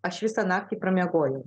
aš visą naktį pramiegojau